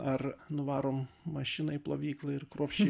ar nuvarom mašiną į plovyklą ir kruopščiai